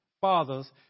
fathers